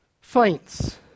Faints